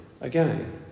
again